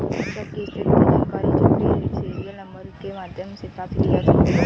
check की स्थिति की जानकारी चेक के सीरियल नंबर के माध्यम से प्राप्त की जा सकती है